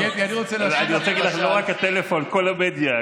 קטי, אני רוצה להגיד לך: לא רק הטלפון, כל המדיה.